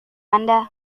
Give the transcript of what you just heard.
anda